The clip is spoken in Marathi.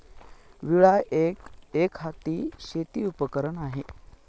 विळा एक, एकहाती शेती उपकरण आहे